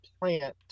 plant